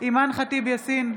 אימאן ח'טיב יאסין,